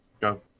go